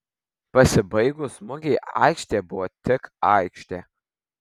pasibaigus mugei aikštė buvo tik aikštė